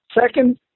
Second